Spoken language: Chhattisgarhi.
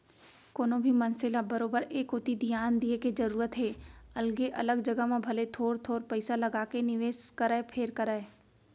कोनो भी मनसे ल बरोबर ए कोती धियान दिये के जरूरत हे अलगे अलग जघा म भले थोर थोर पइसा लगाके निवेस करय फेर करय